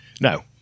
no